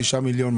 9 מיליון,